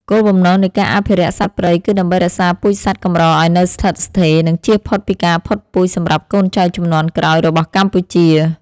គោលបំណងនៃការអភិរក្សសត្វព្រៃគឺដើម្បីរក្សាពូជសត្វកម្រឱ្យនៅស្ថិតស្ថេរ និងជៀសផុតពីការផុតពូជសម្រាប់កូនចៅជំនាន់ក្រោយរបស់កម្ពុជា។